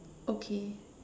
okay